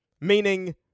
meaning